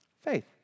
Faith